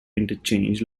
interchange